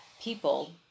people